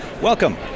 welcome